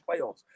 playoffs